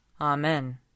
Amen